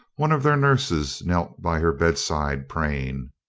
one of their nurses knelt by her bed side, praying.